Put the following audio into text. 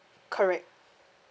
correct